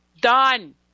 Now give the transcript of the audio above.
Done